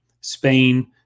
Spain